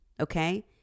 okay